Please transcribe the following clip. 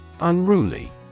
Unruly